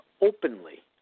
openly